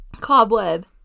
Cobweb